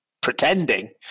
pretending